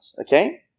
okay